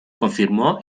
confirmó